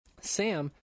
Sam